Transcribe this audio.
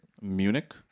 Munich